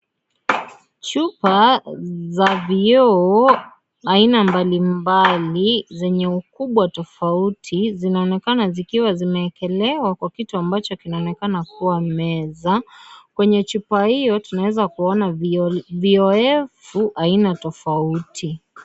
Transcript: Chupa za vioo aina mbalimbali zenye ukubwa tofauti zinaonekana zikiwa zimeekelewa kwa kitu ambacho kinaonekana kuwa meza . Kwenye chupa hiyo tunaweza kuona viowevu aina tofauti.